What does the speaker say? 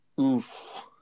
oof